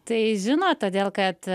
tai žino todėl kad